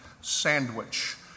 sandwich